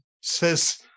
says